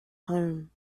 home